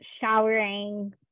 showering